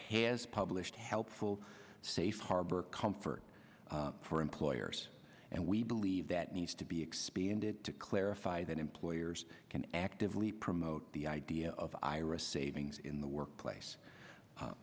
has published helpful safe harbor comfort for employers and we believe that needs to be expanded to clarify that employers can actively promote the idea of ira savings in the workplace